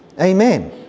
Amen